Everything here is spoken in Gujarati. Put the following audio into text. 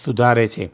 સુધારે છે